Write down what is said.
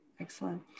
Excellent